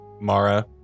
Mara